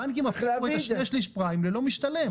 לבנקים השני שליש פריים זה לא משתלם.